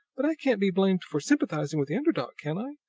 but i can't be blamed for sympathizing with the under dog, can i?